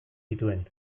zituen